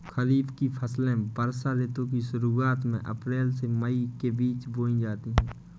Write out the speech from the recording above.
खरीफ की फसलें वर्षा ऋतु की शुरुआत में अप्रैल से मई के बीच बोई जाती हैं